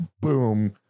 boom